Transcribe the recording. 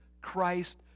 Christ